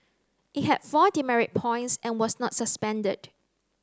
it had four demerit points and was not suspended